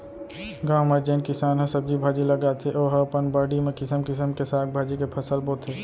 गाँव म जेन किसान ह सब्जी भाजी लगाथे ओ ह अपन बाड़ी म किसम किसम के साग भाजी के फसल बोथे